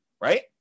right